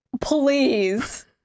Please